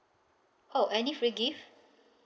oh any free gift